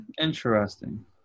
Interesting